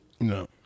No